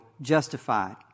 justified